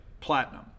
platinum